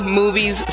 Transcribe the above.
movies